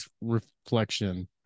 reflection